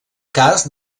cas